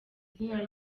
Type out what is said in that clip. izina